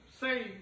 say